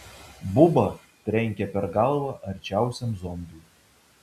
buba trenkė per galvą arčiausiam zombiui